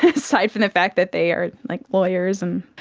aside from the fact that they are like lawyers and,